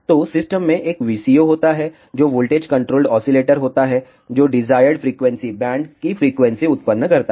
तो सिस्टम में एक VCO होता है जो वोल्टेज कंट्रोल्ड ओसीलेटर होता है जो डिजायर्ड फ्रीक्वेंसी बैंड की फ्रीक्वेंसी उत्पन्न करता है